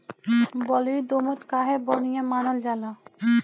बलुई दोमट काहे बढ़िया मानल जाला?